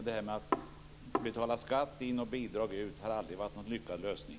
Det här med att betala skatt in och bidrag ut har aldrig varit någon lyckad lösning.